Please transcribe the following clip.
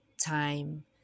time